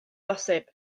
bosibl